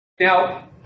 now